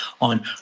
on